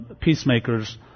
Peacemakers